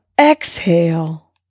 exhale